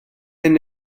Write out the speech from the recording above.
hyn